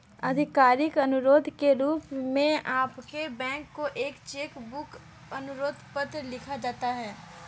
आधिकारिक अनुरोध के रूप में आपके बैंक को एक चेक बुक अनुरोध पत्र लिखा जाता है